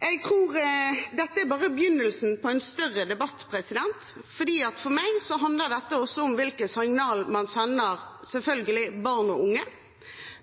Jeg tror dette bare er begynnelsen på en større debatt, for for meg handler dette også om hvilke signaler man sender – selvfølgelig – til barn og unge,